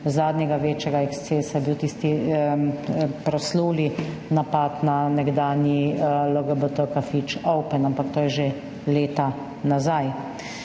zadnjega večjega ekscesa, to je bil tisti prosluli napad na nekdanji LGBT kafič Open, ampak to je že leta nazaj.